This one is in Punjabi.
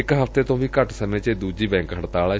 ਇਕ ਹਫ਼ਤੇ ਤੋਂ ਵੀ ਘੱਟ ਸਮੇਂ ਚ ਇਹ ਦੂਜੀ ਬੈਕ ਹੜਤਾਲ ਏ